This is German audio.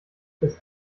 das